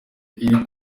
iri